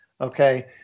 okay